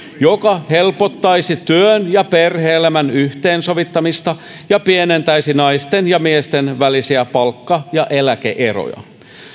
joka helpottaisi työn ja perhe elämän yhteensovittamista ja pienentäisi naisten ja miesten välisiä palkka ja eläke eroja